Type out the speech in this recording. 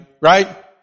right